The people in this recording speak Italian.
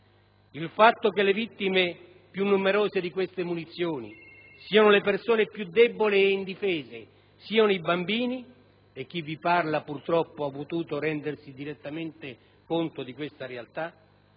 Il fatto che le vittime più numerose di queste munizioni siano le persone più deboli ed indifese ed i bambini - e chi vi parla, purtroppo, ha potuto rendersi direttamente conto di questa realtà